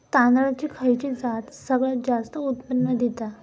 तांदळाची खयची जात सगळयात जास्त उत्पन्न दिता?